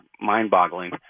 mind-boggling